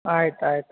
ಆಯ್ತು ಆಯ್ತು